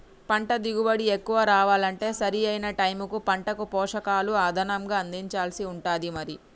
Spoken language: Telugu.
పంట దిగుబడి ఎక్కువ రావాలంటే సరి అయిన టైముకు పంటకు పోషకాలు అదనంగా అందించాల్సి ఉంటది మరి